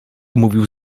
mówił